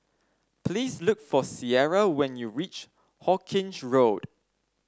please look for Ciera when you reach Hawkinge Road